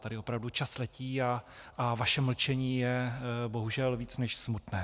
Tady opravdu čas letí a vaše mlčení je bohužel víc než smutné.